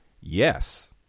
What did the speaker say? Yes